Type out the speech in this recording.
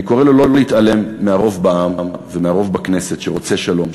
אני קורא לו לא להתעלם מהרוב בעם ומהרוב בכנסת שרוצה שלום,